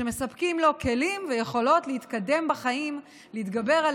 שמספקים לו כלים ויכולות להתקדם בחיים ולהתגבר על